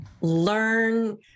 learn